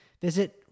visit